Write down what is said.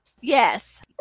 Yes